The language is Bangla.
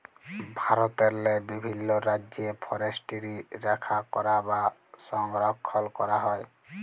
ভারতেরলে বিভিল্ল রাজ্যে ফরেসটিরি রখ্যা ক্যরা বা সংরখ্খল ক্যরা হয়